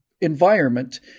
environment